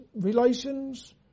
relations